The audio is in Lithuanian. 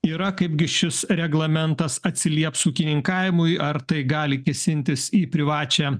yra kaipgi šis reglamentas atsilieps ūkininkavimui ar tai gali kėsintis į privačią